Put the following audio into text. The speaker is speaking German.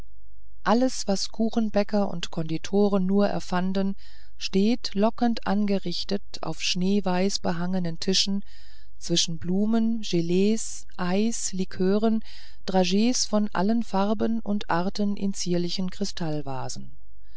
alles was kuchenbäcker und konditoren nur erfanden steht lockend angerichtet auf schneeweiß behangenen tischen dazwischen blumen gelees eis liköre drages von allen farben und arten in zierlichen kristallvasen